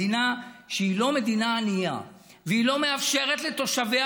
מדינה שהיא לא מדינה ענייה והיא לא מאפשרת לתושביה,